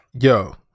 yo